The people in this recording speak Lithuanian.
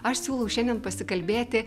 aš siūlau šiandien pasikalbėti